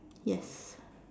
yes